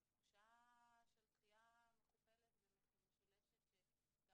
זו תחושה של דחייה מכופלת ומשולשת שגם